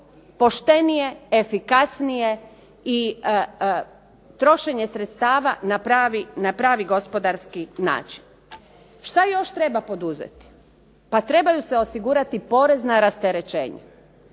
poštenije, efikasnije i trošenje sredstava na pravi gospodarski način. Šta još treba poduzeti? Pa trebaju se osigurati porezna rasterećenja.